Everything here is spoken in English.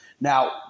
Now